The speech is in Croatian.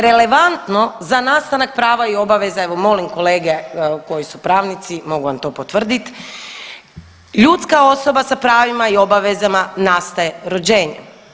Relevantno za nastanak prava i obaveza, evo molim kolege koji su pravnici mogu vam to potvrdit, ljudska osoba sa pravima i obvezama nastaje rođenjem.